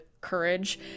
courage